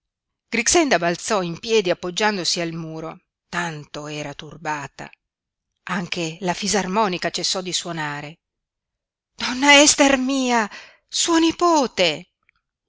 grixenda balzò in piedi appoggiandosi al muro tanto era turbata anche la fisarmonica cessò di suonare donna ester mia suo nipote